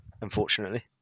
Unfortunately